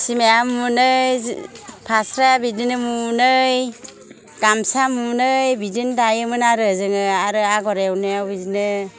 सिमाया मुनै फास्राया बिदिनो मुनै गामसा मुनै बिदिनो दायोमोन आरो जोङो आरो आगर एरनायाव बिदिनो